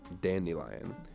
Dandelion